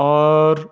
اور